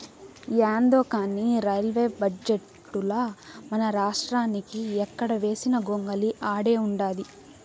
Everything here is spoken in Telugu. యాందో కానీ రైల్వే బడ్జెటుల మనరాష్ట్రానికి ఎక్కడ వేసిన గొంగలి ఆడే ఉండాది